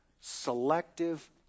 selective